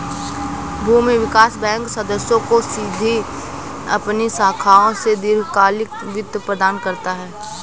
भूमि विकास बैंक सदस्यों को सीधे अपनी शाखाओं से दीर्घकालिक वित्त प्रदान करता है